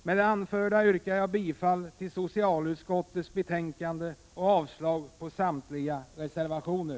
Med det anförda yrkar jag bifall till socialutskottets hemställan och avslag på samtliga reservationer.